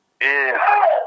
Yes